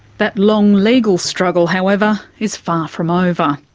that long legal struggle, however, is far from over.